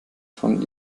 von